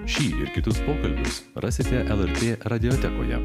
šį ir kitus pokalbius rasite lrt radiotekoje